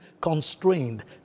constrained